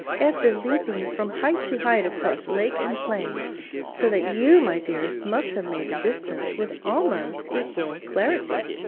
after leaping from height to height across lake and plain so that you, my dearest, must have made the distance with almost equal celerity